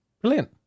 Brilliant